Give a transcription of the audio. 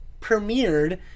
premiered